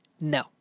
no